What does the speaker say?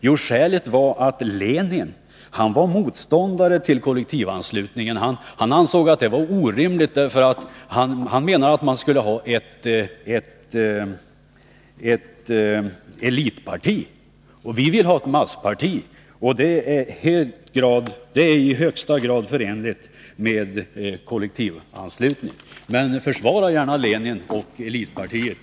Jo, skälet var att Lenin var motståndare till kollektivanslutningen. Han ansåg att det var orimligt. Han menade att man skulle ha ett elitparti. Vi vill ha ett massparti. Det är i allra högsta grad förenligt med kollektivanslutning. Försvara gärna, Lars-Ove Hagberg, Lenin och elitpartiet!